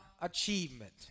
achievement